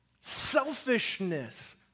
selfishness